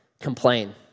complain